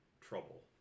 trouble